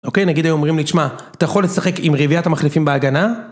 אוקיי, נגיד היו אומרים לי, שמע, אתה יכול לשחק עם רביעת המחליפים בהגנה?